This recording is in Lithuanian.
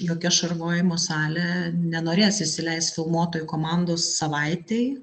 jokia šarvojimo salė nenorės įsileist filmuotojų komandos savaitei